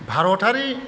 भारतारि